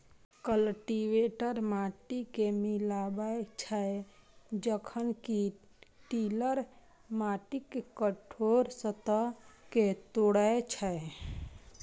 cultivator माटि कें मिलाबै छै, जखन कि टिलर माटिक कठोर सतह कें तोड़ै छै